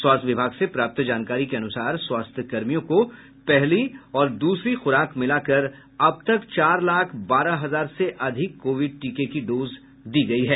स्वास्थ्य विभाग से प्राप्त जानकारी के अनुसार स्वास्थ्यकर्मियों को पहली और दूसरी खुराक मिलाकर अब तक चार लाख बारह हजार से अधिक कोविड टीके की डोज दिये गये हैं